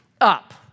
up